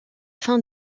fin